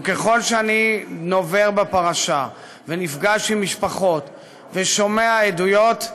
וככל שאני נובר בפרשה ונפגש עם משפחות ושומע עדויות,